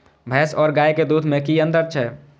भैस और गाय के दूध में कि अंतर छै?